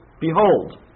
Behold